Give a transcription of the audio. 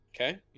Okay